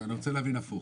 אז אני רוצה להבין הפוך.